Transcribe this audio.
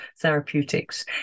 therapeutics